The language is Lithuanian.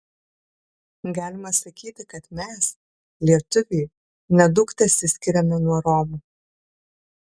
galima sakyti kad mes lietuviai nedaug tesiskiriame nuo romų